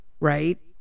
right